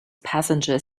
passenger